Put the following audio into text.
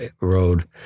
road